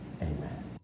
Amen